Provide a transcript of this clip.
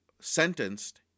sentenced